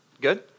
Good